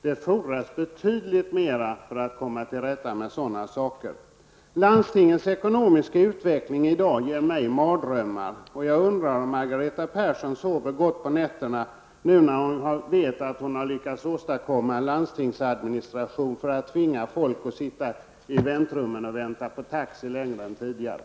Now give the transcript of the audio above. Det fordras betydligt mer för att komma till rätta med sådana saker. Landstingens ekonomiska utveckling i dag ger mig mardrömmar, och jag undrar om Margareta Persson sover gott om nätterna nu när hon vet att hon har lyckats åstadkomma en landstingsadministration för att tvinga folk att sitta i väntrummen och vänta på taxi längre än tidigare.